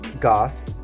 Goss